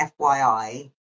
FYI